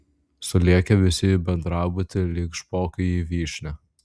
sulėkė visi į bendrabutį lyg špokai į vyšnią